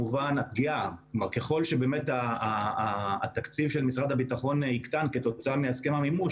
ככל שבאמת תקציב משרד הביטחון יקטן כתוצאה מהסכם המימוש,